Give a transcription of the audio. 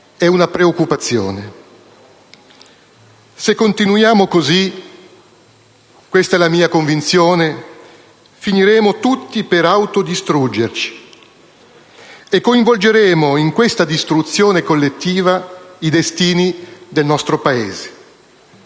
ed una preoccupazione: se continuiamo in questo modo - questa è la mia convinzione - finiremo tutti per autodistruggerci e coinvolgeremo in questa distruzione collettiva i destini del nostro Paese.